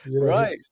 Right